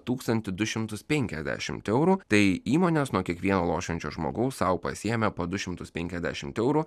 tūkstantį du šimtus penkiasdešimt eurų tai įmonės nuo kiekvieno lošiančio žmogaus sau pasiėmė po du šimtus penkiasdešimt eurų